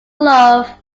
glove